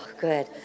good